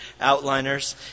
outliners